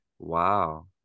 wow